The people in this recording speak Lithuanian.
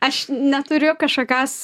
aš neturiu kažkokios